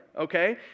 Okay